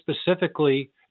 specifically